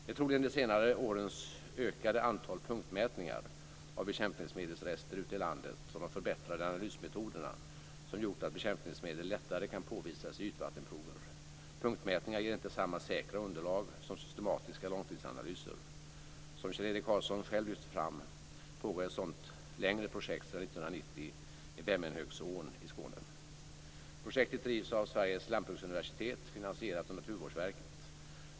Det är troligen de senare årens ökade antal punktmätningar av bekämpningsmedelsrester ute i landet och de förbättrade analysmetoderna som gjort att bekämpningsmedel lättare kan påvisas i ytvattenprover. Punktmätningar ger inte samma säkra underlag som systematiska långtidsanalyser. Som Kjell Erik Karlsson själv lyfter fram pågår ett sådant längre projekt sedan 1990 i Vemmenhögsån i Skåne. Projektet drivs av Sveriges lantbruksuniversitet, finansierat av Naturvårdsverket.